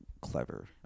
clever